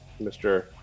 Mr